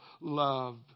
love